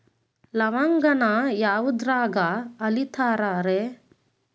ಲವಂಗಾನ ಯಾವುದ್ರಾಗ ಅಳಿತಾರ್ ರೇ?